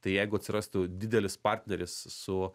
tai jeigu atsirastų didelis partneris su